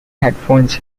headphones